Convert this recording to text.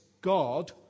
God